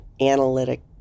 analytic